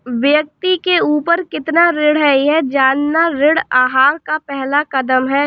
व्यक्ति के ऊपर कितना ऋण है यह जानना ऋण आहार का पहला कदम है